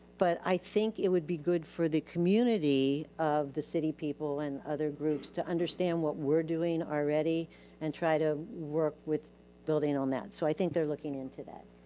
but i think it would be good for the community of the city people and other groups to understand what we're doing already and try to work with building on that. so i think they're looking in to that.